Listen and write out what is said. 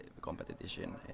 competition